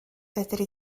fedri